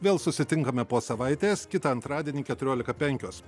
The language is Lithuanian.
vėl susitinkame po savaitės kitą antradienį keturiolika penkios